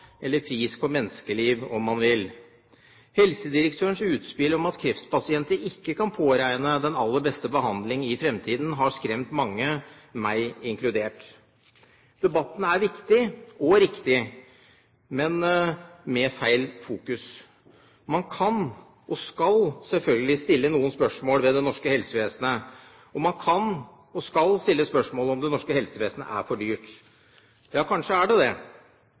eller pris på menneskeliv, om man vil. Helsedirektørens utspill om at kreftpasienter ikke kan påregne den aller beste behandling i fremtiden, har skremt mange, meg inkludert. Debatten er viktig og riktig, men har feil fokus. Man kan, og skal, selvfølgelig stille noen spørsmål ved det norske helsevesenet. Og man kan, og skal, stille spørsmål om det norske helsevesenet er for dyrt. Ja, kanskje er det det,